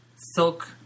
silk